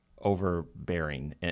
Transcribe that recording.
overbearing